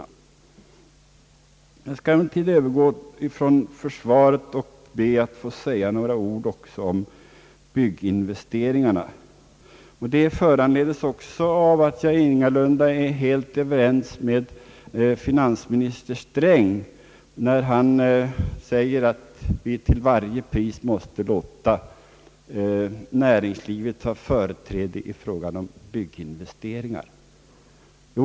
Jag skall emellertid övergå från försvaret till frågan om bygginvesteringarna. Detta föranleds också av att jag ingalunda är helt överens med finansminister Sträng när han säger att vi till varje pris måste låta näringslivet få företräde i fråga om bygginvesteringar.